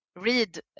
read